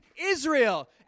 Israel